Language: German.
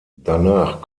danach